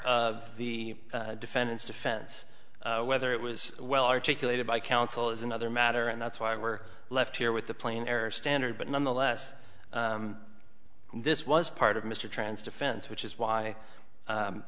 of the defendant's defense whether it was well articulated by counsel is another matter and that's why we're left here with the plain error standard but nonetheless this was part of mr trans defense which is why